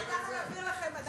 להסביר לכם,